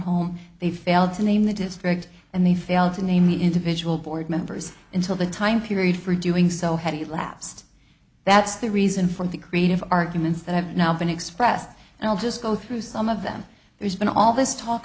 home they failed to name the district and they failed to name the individual board members until the time period for doing so had lapsed that's the reason for the creative arguments that have now been expressed and i'll just go through some of them there's been all this talk